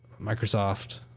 Microsoft